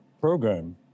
program